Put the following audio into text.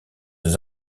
des